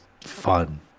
fun